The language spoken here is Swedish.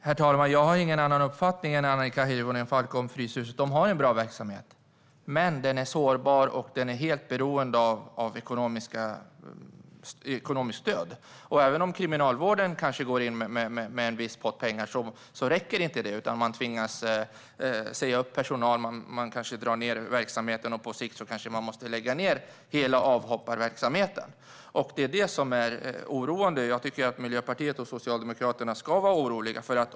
Herr talman! Jag har ingen annan uppfattning än Annika Hirvonen Falk om Fryshuset. De har en bra verksamhet, men den är sårbar och helt beroende av ekonomiskt stöd. Även om Kriminalvården kanske går in med en viss pott pengar räcker inte det. De tvingas säga upp personal, kanske drar ned verksamhet, och på sikt kanske de måste lägga ned hela avhopparverksamheten. Det är oroande. Jag tycker att Miljöpartiet och Socialdemokraterna ska vara oroliga.